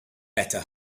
better